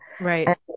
Right